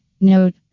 Note